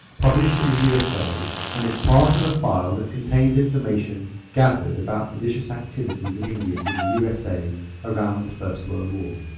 published in the usa and is part of a file that contains information gathered about seditious activities of indians in the usa around the first world war.